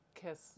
kiss